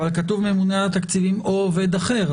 --- אבל כתוב: הממונה על התקציבים או עובד אחר.